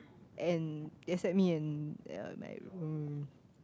and except me and uh my room